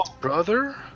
brother